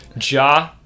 Ja